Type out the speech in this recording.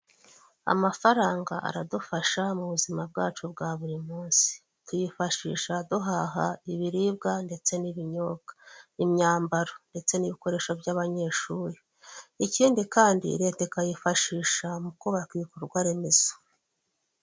Amafaranga aradufasha mu buzima bwacu bwa buri munsi, tuyifashisha duhaha ibiribwa ndetse n'ibinyobwa, imyambaro ndetse n'ibikoresho by'abanyeshuri. Ikindi kandi leta ikayifashisha mu kubaka ibikorwa remezo.